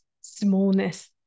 smallness